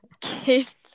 kids